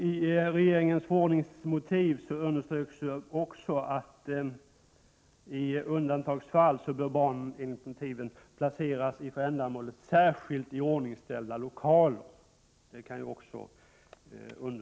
I regeringens förordningsmotiv underströks också att i undantagsfall bör barnen enligt direktiven placeras i för ändamålet särskilt iordningställda lokaler.